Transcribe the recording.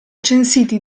censiti